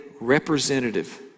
representative